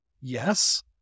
Yes